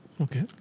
Okay